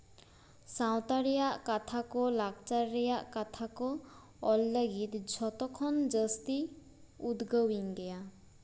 ᱥᱟᱶᱛᱟ ᱨᱮᱭᱟᱜ ᱠᱟᱛᱷᱟ ᱠᱚ ᱞᱟᱠᱪᱟᱨ ᱨᱮᱭᱟᱜ ᱠᱟᱛᱷᱟ ᱠᱚ ᱚᱞ ᱞᱟᱹᱜᱤᱫ ᱡᱷᱚᱛᱚ ᱠᱷᱚᱱ ᱡᱟᱹᱥᱛᱤ ᱩᱫᱽᱜᱟᱹᱣᱤᱧ ᱜᱮᱭᱟ